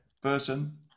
person